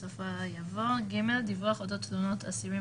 בסופה יבוא: "(ג) דיווח אודות תלונות אסירים